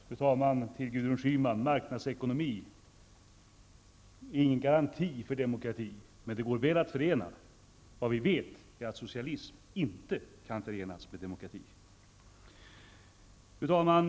Fru talman! Till Gudrun Schyman vill jag säga att marknadsekonomi inte är någon garanti för demokrati, men de går väl att förena. Vad vi vet är att socialism inte kan förenas med demokrati. Fru talman!